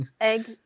Egg